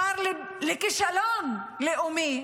השר לכישלון לאומי,